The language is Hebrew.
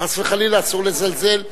חס וחלילה, אסור לזלזל.